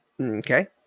Okay